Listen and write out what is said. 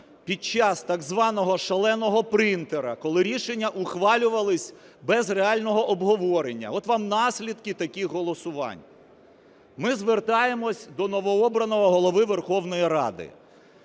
під час так званого "шаленого принтера", коли рішення ухвалювались без реального обговорення. От вам наслідки нових голосувань. Ми звертаємось до новообраного Голови Верховної Ради.